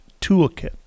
toolkit